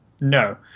No